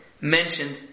mentioned